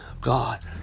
God